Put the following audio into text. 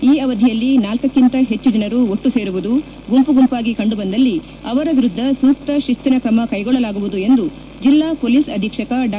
ಈ ಅವಧಿಯಲ್ಲಿ ನಾಲ್ಕಕಿಂತ ಹೆಚ್ಚು ಜನರು ಒಟ್ಟುಸೇರುವುದು ಗುಂಪು ಗುಂಪಾಗಿ ಕಂಡು ಬಂದಲ್ಲಿ ಅವರ ವಿರುದ್ದ ಸೂಕ್ತ ತಿಸ್ತಿನ ಕ್ರಮ ಕೈಗೊಳ್ಳಲಾಗುವುದು ಎಂದು ಜೆಲ್ಲಾ ಪೊಲೀಸ್ ಅಧೀಕ್ಷಕ ಡಾ